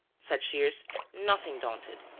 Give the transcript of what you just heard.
said shears, nothing daunted.